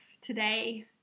today